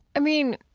i mean,